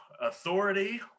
authority